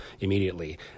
immediately